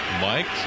Mike